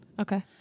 Okay